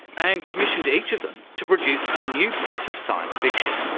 and commissioned each of them to produce a new piece of science fiction.